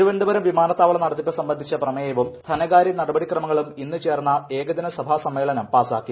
തിരുവനന്തപുരം വിമാനത്താവള നടത്തിപ്പ് സംബന്ധിച്ചു പ്രമേയവും ധനകാര്യനടപടിക്രമങ്ങളും ഇന്ന് ചേർന്ന ഏകദിന സഭാസമ്മേളനം പാസാക്കി